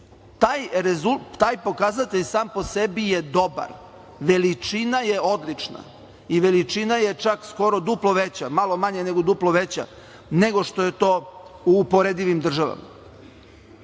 Taj pokazatelj sam po sebi je dobar, veličina je odlična i veličina je čak skoro duplo veća, malo manje nego duplo veća nego što je to u uporedivi državama,